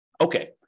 Okay